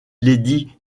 lady